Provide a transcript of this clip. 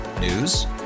News